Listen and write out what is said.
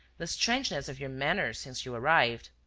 the strangeness of your manner since you arrived.